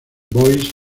boys